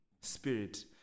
Spirit